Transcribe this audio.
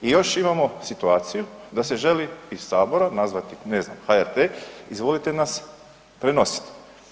I još imamo situaciju da se želi iz sabora nazvati ne znam HRT izvolite nas prenositi.